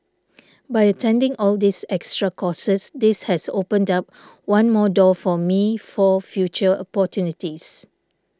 by attending all these extra courses this has opened up one more door for me for future opportunities